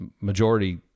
majority